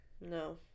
No